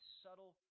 subtle